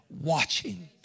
watching